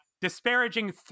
disparaging